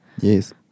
yes